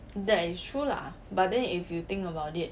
that is true lah but then if you think about it